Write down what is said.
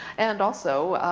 and also,